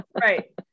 right